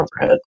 overhead